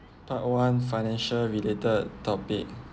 part one financial related topic